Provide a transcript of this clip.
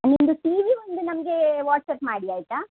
ನಿಮ್ಮದು C V ಒಂದು ನಮಗೆ ವಾಟ್ಸಾಪ್ ಮಾಡಿ ಆಯಿತಾ